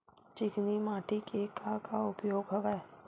चिकनी माटी के का का उपयोग हवय?